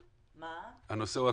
את חושבת?